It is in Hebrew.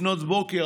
לפנות בוקר,